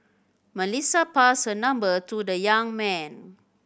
Melissa passed her number to the young man